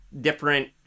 different